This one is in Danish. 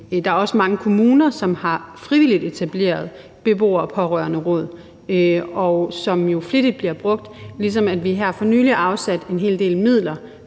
er der også mange kommuner, der frivilligt har etableret beboer- og pårørenderåd, og som flittigt bliver brugt. Desuden afsatte vi her for nylig en hel del midler